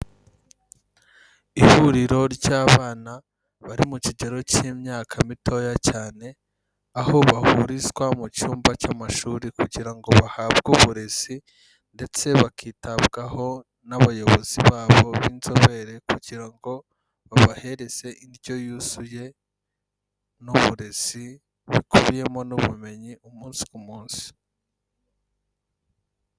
Ihuriro ry'abana bari mu kigero k'imyaka mitoya cyane, aho bahurizwa mu cyumba cy'amashuri kugira ngo bahabwe uburezi, ndetse bakitabwaho n'abayobozi babo b'inzobere, kugira ngo babahereze indyo yuzuye n'uburezi, bikubiyemo n'ubumenyi, umunsi ku munsi.